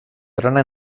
trona